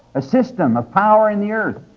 a system, a power in the earth.